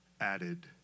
added